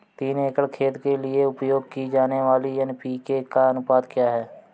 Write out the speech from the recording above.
तीन एकड़ खेत के लिए उपयोग की जाने वाली एन.पी.के का अनुपात क्या है?